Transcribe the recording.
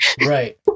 Right